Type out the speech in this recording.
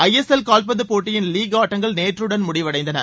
ஐ S L காவ்பந்து போட்டியில் league ஆட்டங்கள் நேற்றுடன் முடிவடைந்தன